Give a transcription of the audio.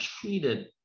treated